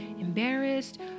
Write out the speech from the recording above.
embarrassed